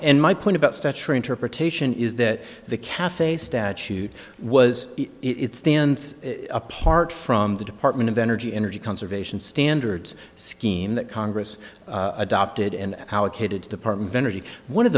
and my point about stature interpretation is that the cafe statute was it stands apart from the department of energy energy conservation standards scheme that congress adopted and allocated to department of energy one of